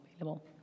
available